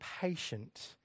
patient